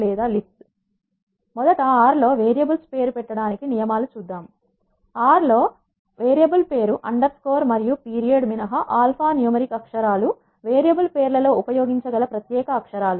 మొదట R R లో variables పేరు పెట్టడానికి నియమాలు చూద్దాము మొదట ఆర్ R లో వేరియబుల్స్ పేరు పెట్టడానికి నియమాలు చూద్దాము ఆర్ R లోని వేరియబుల్ పేరు అండర్ స్కోర్ మరియు పిరియడ్ మినహా ఆల్ఫా న్యూమరిక్ అక్షరాలు వేరియబుల్ పేర్లలో ఉపయోగించగల ప్రత్యేక అక్షరాలు